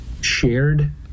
shared